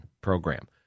Program